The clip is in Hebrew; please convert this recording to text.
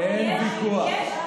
אין ויכוח.